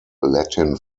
latin